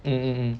mm mm mm